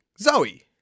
Zoe